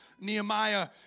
Nehemiah